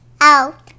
out